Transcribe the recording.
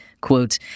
quote